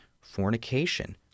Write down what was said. fornication